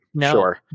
sure